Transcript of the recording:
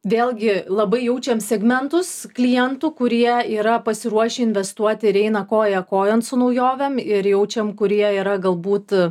vėlgi labai jaučiam segmentus klientų kurie yra pasiruošę investuoti ir eina koja kojon su naujovėm ir jaučiam kurie yra galbūt